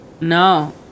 no